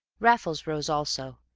raffles rose also,